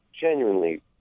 genuinely